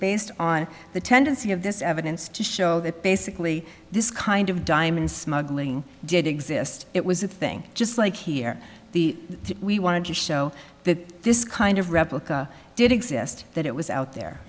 based on the tendency of this evidence to show that basically this kind of diamond smuggling did exist it was a thing just like here the we wanted to show that this kind of replica did exist that it was out there